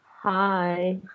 Hi